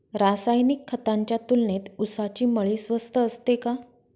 रासायनिक खतांच्या तुलनेत ऊसाची मळी स्वस्त असते का?